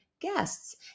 guests